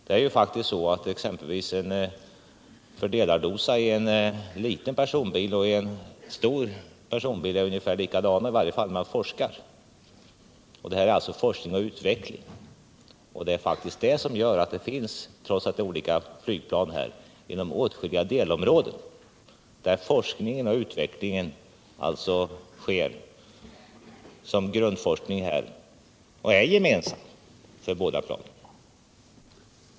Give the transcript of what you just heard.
Det är ju faktiskt så att exempelvis en fördelardosa i en liten personbil och i en stor personbil är ungefär likadana, i varje fall i fråga om forskningsarbete. Trots att det är fråga om olika flygplan sker forskningen och utvecklingen inom åtskilliga delområden gemensamt.